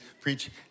preach